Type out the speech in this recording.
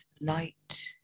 light